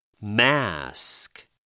Mask